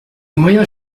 moyens